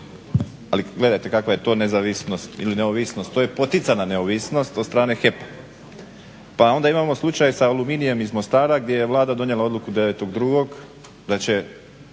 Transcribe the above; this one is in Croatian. Ali gledajte kakva je to nezavisnost ili neovisnost, to je poticana neovisnost od strane HEP-a. Pa onda imamo slučaj sa Aluminijem iz Mostara gdje je Vlada donijela odluku 9.2. da će